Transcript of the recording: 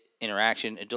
interaction